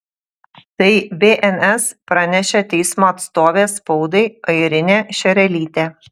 tai bns pranešė teismo atstovė spaudai airinė šerelytė